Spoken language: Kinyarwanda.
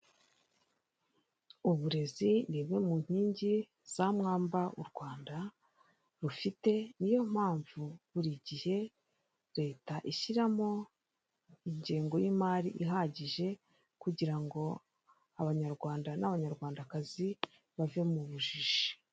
Uburezi ni imwe mu nkingi za mwamba u Rwanda rufite niyo mpamvu buri gihe leta ishyiramo ingengo y'imari ihagije kugira ngo abanyarwanda n'abanyarwandakazi bave mu bujiji.